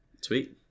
Sweet